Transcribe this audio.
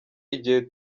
igihe